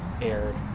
aired